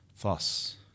Thus